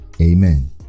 Amen